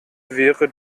wäre